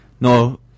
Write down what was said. No